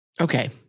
Okay